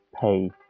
pay